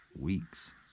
weeks